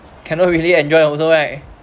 cannot really enjoy also right